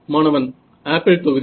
மாணவன் ஆப்பிள் தொகுதி